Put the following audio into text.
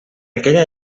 aquella